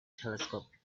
telescope